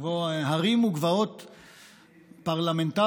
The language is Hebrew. ובהן הרים וגבעות פרלמנטריים,